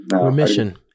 remission